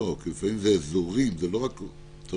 כי לפעמים זה אזורים, לא רק קבוצות.